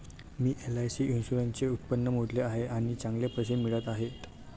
मी LIC इन्शुरन्सचे उत्पन्न मोजले आहे आणि चांगले पैसे मिळत आहेत